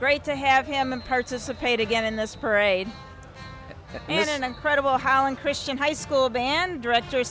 great to have him and participate again in this parade in an incredible hollin christian high school band director